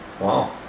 Wow